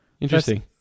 interesting